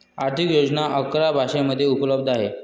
आर्थिक योजना अकरा भाषांमध्ये उपलब्ध आहेत